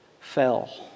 fell